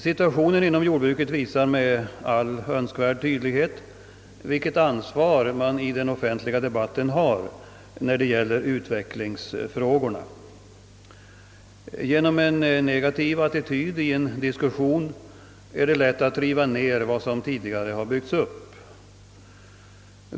Situationen inom jordbruket visar med all önskvärd tydlighet vilket ansvar man har i den offentliga debatten när det gäller utvecklingsfrågorna;..Genom en negativ attityd i en diskussion är det lätt att riva ner vad som tidigare har byggts upp.